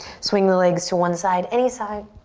swing the legs to one side, any side,